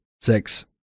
Six